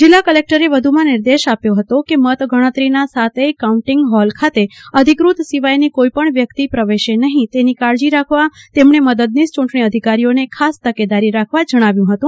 જિલ્લા કલેકટરે વધુમાં નિર્દેશ આપ્યો હતો કે મત ગણતરીના સાતેય કાઉન્ટીંગ ફોલ ખાતે અધિકૃત સિવાયની કોઇપણ વ્યકિત પ્રવેશે નફીં તેની કાળજી રાખવા તેમણે મદદનીશ ચૂંટણી અધિકારીઓને ખાસ તકેદારી રાખવા જણાવ્યું ફતું